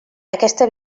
aquesta